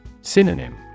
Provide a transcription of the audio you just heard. Synonym